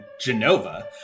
Genova